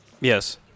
Yes